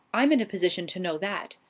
i'm in a position to know that.